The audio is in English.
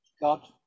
God